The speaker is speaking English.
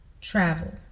Travel